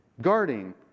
guarding